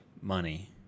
money